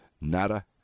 Nada